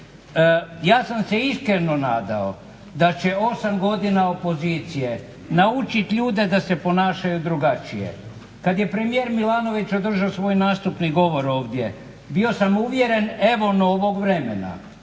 Ja sam se iskreno nadao da će 8 godina opozicije naučiti ljude da se ponašaju drugačije. Kad je premijer Milanović održao svoj nastupni govor ovdje bio sam uvjeren evo novog vremena,